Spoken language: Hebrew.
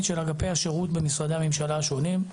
של אגפי השירות במשרדי הממשלה השונים.